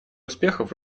успехов